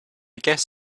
guess